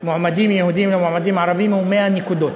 מועמדים יהודים למועמדים ערבים הוא 100 נקודות.